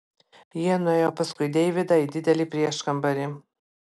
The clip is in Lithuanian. jie nuėjo paskui deividą į didelį prieškambarį